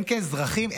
הן כאזרחים,